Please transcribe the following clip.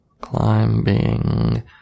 climbing